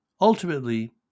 Ultimately